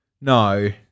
no